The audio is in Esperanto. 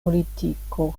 politiko